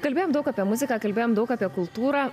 kalbėjom daug apie muziką kalbėjom daug apie kultūrą